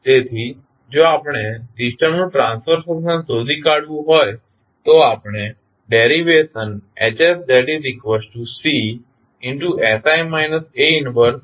So we compile તેથી હવે જો આપણે સિસ્ટમનું ટ્રાન્સફર ફંક્શન શોધી કાઢવું હોય તો આપણે ડેરિવેશન HsCsI A 1B નો ઉપયોગ કરીશું